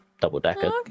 double-decker